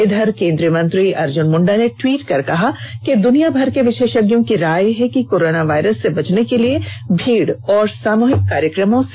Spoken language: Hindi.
इधर केंद्रीय मंत्री अर्जुन मुंडा ने ट्वीट कर कहा कि दुनिया भर के विशेषज्ञों की राय है कि कोरोना वायरस से बचने के लिए भीड़ और सामूहिक कार्यक्रमों से बचें